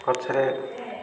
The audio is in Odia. ପଛରେ